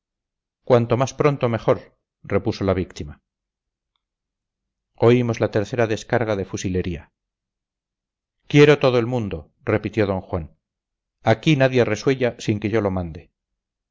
cuanto más pronto mejor repuso la víctima oímos la tercera descarga de fusilería quieto todo el mundo repitió don juan aquí nadie resuella sin que yo lo mande